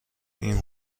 این